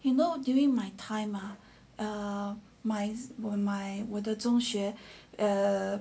you know during my time ah uh my were my 我的中学 err